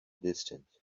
distance